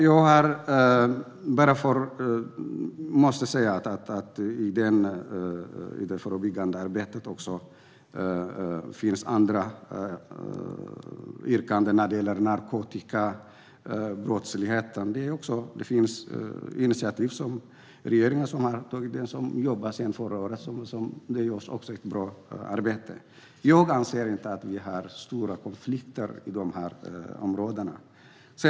Det finns även andra yrkanden om det förebyggande arbetet när det gäller narkotikabrottsligheten. Regeringen har tagit initiativ som det jobbas med sedan förra året. Det är ett bra arbete. Jag anser inte att vi har stora konflikter på dessa områden.